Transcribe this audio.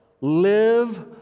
live